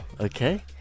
Okay